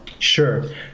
Sure